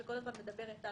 שכל הזמן סוקרת את